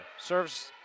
serves